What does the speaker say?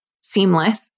seamless